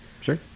Sure